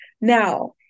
Now